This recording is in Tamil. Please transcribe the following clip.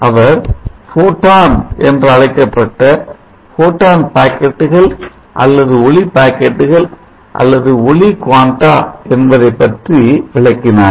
அவர் போட்டான் என்று அழைக்கப்பட்ட photon பாக்கெட்டுகள் அல்லது ஒளி பாக்கெட்டுகள் அல்லது ஒளி quanta என்பதை பற்றி விளக்கினார்